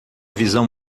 visão